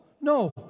no